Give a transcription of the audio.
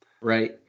Right